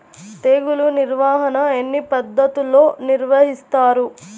తెగులు నిర్వాహణ ఎన్ని పద్ధతుల్లో నిర్వహిస్తారు?